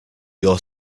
your